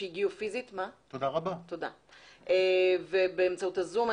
לאלה שהגיעו פיזית ואלו שהשתתפו באמצעות ה-זום.